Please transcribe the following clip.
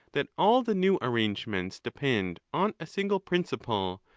that all the new arrange ments depend on a single principle,